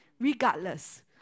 regardless